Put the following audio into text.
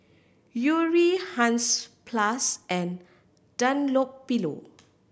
Yuri Hansaplast and Dunlopillo